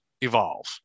evolve